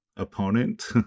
opponent